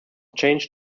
changed